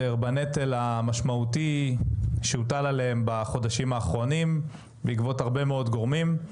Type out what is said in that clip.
בנטל המשמעותי שהוטל עליהם בחודשים האחרונים בעקבות הרבה מאוד גורמים.